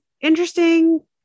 interesting